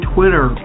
Twitter